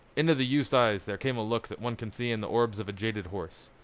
into the youth's eyes there came a look that one can see in the orbs of a jaded horse.